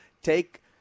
Take